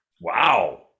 Wow